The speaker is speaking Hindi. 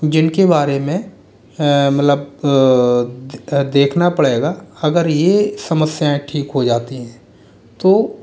जिनके बारे में मतलब देखना पड़ेगा अगर यह समस्याएँ ठीक हो जाती हैं तो